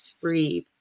Breathe